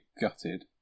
gutted